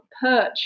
perch